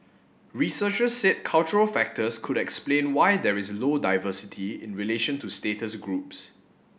researchers said cultural factors could explain why there is low diversity in relation to status groups